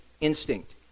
instinct